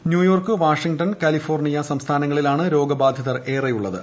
New York Washington California സംസ്ഥാനങ്ങളിലാണ് രോഗബാധിതർ ഏറെയുള്ളത്